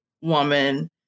woman